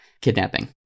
Kidnapping